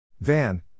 Van